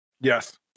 Yes